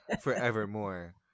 forevermore